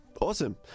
Awesome